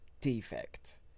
defect